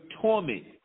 torment